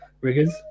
riggers